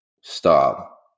stop